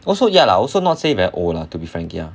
also ya lah also not say very old lah to be frank ya